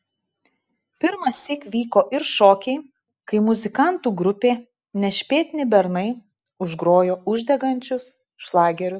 pirmąsyk vyko ir šokiai kai muzikantų grupė nešpėtni bernai užgrojo uždegančius šlagerius